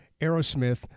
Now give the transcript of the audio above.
Aerosmith